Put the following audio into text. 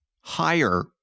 higher